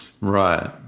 Right